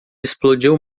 explodiu